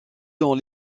dans